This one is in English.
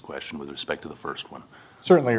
question with respect to the first one certainly